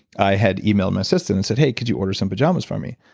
i had emailed my assistant and said, hey could you order some pajamas for me.